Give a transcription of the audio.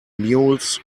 mules